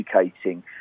educating